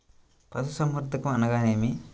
పశుసంవర్ధకం అనగా ఏమి?